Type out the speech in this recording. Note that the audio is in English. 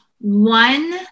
one